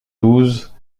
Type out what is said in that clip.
douze